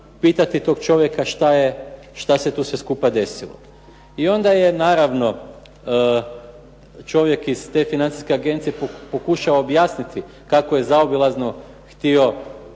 pitati toga čovjeka što se to sve skupa desilo. I onda je naravno čovjek iz te financijske agencije pokušao objasniti kako je zaobilazno htio